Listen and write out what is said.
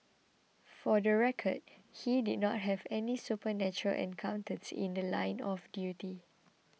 for the record he did not have any supernatural encounters in The Line of duty